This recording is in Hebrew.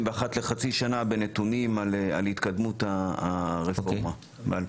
ואחת לחצי שנה בנתונים על התקדמות הרפורמה מ-2015.